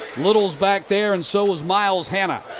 littles back there and so is myles hanna.